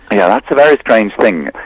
yeah that's a very strange thing.